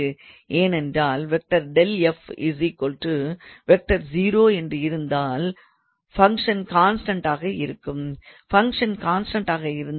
ஏனென்றால் என இருந்தால் ஃபங்க்ஷன் கான்ஸ்டண்ட்டாக இருக்கும்